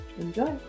Enjoy